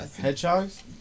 Hedgehogs